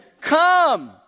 come